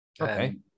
Okay